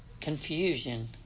confusion